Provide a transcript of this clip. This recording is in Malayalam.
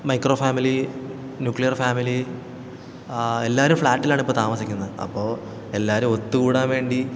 മൈക്രോ ഫാമിലി ന്യൂക്ലിയർ ഫാമിലി എല്ലാവരും ഫ്ളാറ്റിലാണിപ്പോള് താമസിക്കുന്നത് അപ്പോള് എല്ലാവരും ഒത്തുകൂടാൻ വേണ്ടി